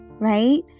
right